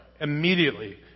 Immediately